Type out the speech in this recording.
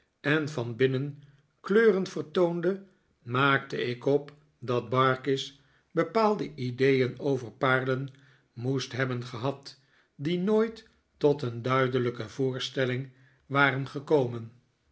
en van binnen kleuren vertoonde maakte ik op dat barkis bepaalde ideeen over paarlen moest hebben gehad die nooit tot een duidelijke voorstelling waren gekomen